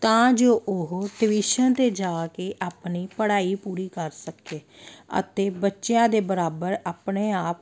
ਤਾਂ ਜੋ ਉਹ ਟਿਵਿਸ਼ਨ 'ਤੇ ਜਾ ਕੇ ਆਪਣੀ ਪੜ੍ਹਾਈ ਪੂਰੀ ਕਰ ਸਕੇ ਅਤੇ ਬੱਚਿਆਂ ਦੇ ਬਰਾਬਰ ਆਪਣੇ ਆਪ